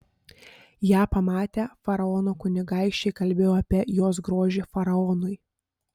ją pamatę faraono kunigaikščiai kalbėjo apie jos grožį faraonui